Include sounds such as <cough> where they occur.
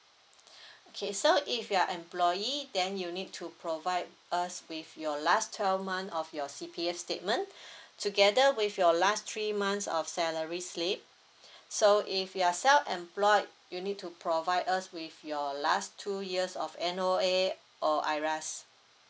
<breath> okay so if you are employee then you need to provide us with your last twelve month of your C_P_F statement <breath> together with your last three months of salary slip <breath> so if you are self employed you need to provide us with your last two years of N_O_A or IRAS